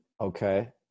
Okay